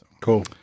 Cool